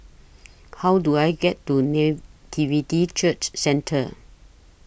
How Do I get to Nativity Church Centre